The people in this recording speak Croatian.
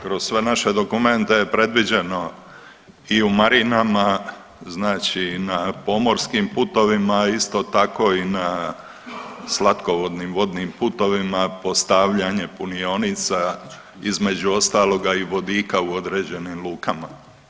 Kroz sve naše dokumente je predviđeno i u marinama znači na pomorskim putovima, isto tako i na slatkovodnim vodnim putovima postavljanje punionica, između ostaloga i vodika u određenim lukama.